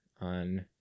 on